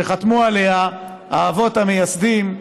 שחתמו עליה האבות המייסדים,